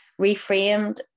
reframed